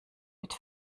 mit